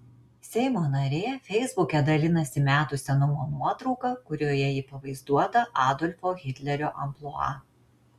seimo narė feisbuke dalinasi metų senumo nuotrauka kurioje ji pavaizduota adolfo hitlerio amplua